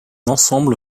ensemble